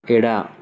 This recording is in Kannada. ಎಡ